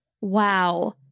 Wow